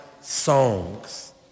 songs